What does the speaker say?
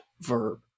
verb